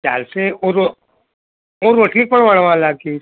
ચાલશે હું હું રોટલી પણ વણવા લાગીશ